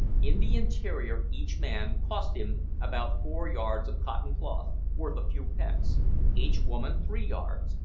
in the interior each man cost him about four yards of cotton cloth, worth a few pence each woman three yards,